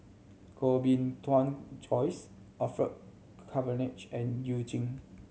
Koh Bee Tuan Joyce Orfeur Cavenagh and You Jin